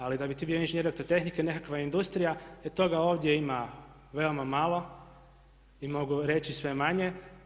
Ali da bi ti bio inženjer elektrotehnike nekakve industrije e toga ovdje ima veoma malo i mogu reći sve manje.